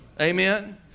Amen